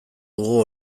dugu